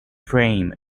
frame